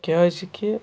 کیٛازِکہِ